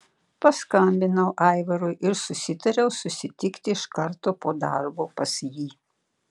paskambinau aivarui ir susitariau susitikti iš karto po darbo pas jį